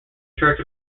church